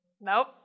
Nope